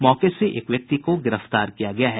मौके से एक व्यक्ति को गिरफ्तार किया गया है